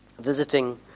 visiting